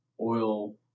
oil